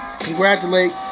congratulate